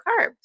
carbs